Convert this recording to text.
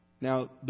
Now